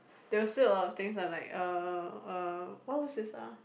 there was still a lot of things I'm uh uh what is this ah